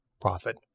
profit